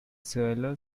suelo